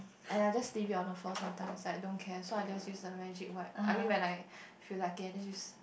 and I just leave it on the floor sometimes like I don't care so I just use the magic wipes I mean when I feel like it I just use